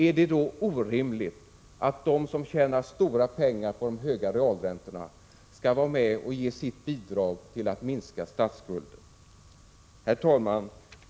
Är det då orimligt att de som tjänar stora pengar på de höga realräntorna får vara med och ge sitt bidrag till att minska statsskulden? Herr talman!